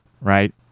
right